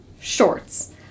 shorts